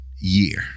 Year